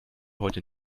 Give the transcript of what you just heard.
heute